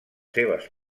seves